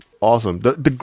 Awesome